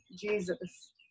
Jesus